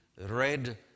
Red